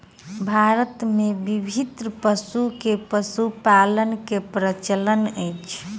भारत मे विभिन्न पशु के पशुपालन के प्रचलन अछि